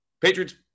Patriots